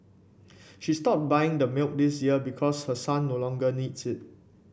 she stopped buying the milk this year because her son no longer needs it